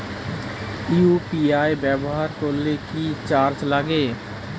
UPI ব্যবহার করলে কি চার্জ লাগে?